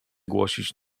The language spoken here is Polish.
głosić